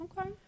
Okay